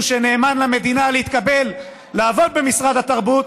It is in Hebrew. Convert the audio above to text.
שנאמן למדינה להתקבל לעבוד במשרד התרבות,